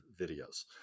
videos